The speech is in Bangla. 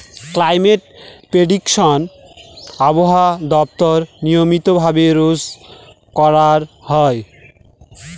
ক্লাইমেট প্রেডিকশন আবহাওয়া দপ্তর নিয়মিত ভাবে রোজ করা হয়